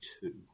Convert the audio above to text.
two